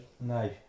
No